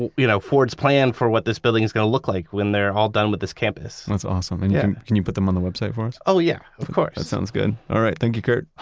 and you know, ford's plan for what this building is going to look like when they're all done with this campus that's awesome. and yeah can you put them on the website for us? oh yeah of course that sounds good. all right. thank you kurt